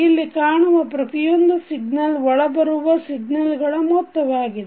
ಇಲ್ಲಿ ಕಾಣುವ ಪ್ರತಿಯೊಂದು ಸಿಗ್ನಲ್ ಒಳಬರುವ ಸಿಗ್ನಲ್ಗಳ ಮೊತ್ತವಾಗಿದೆ